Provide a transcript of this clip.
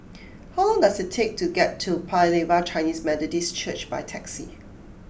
how long does it take to get to Paya Lebar Chinese Methodist Church by taxi